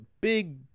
big